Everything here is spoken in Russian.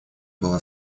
была